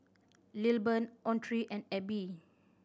Lilburn Autry and Abbie